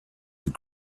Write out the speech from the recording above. and